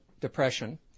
depression